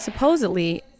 Supposedly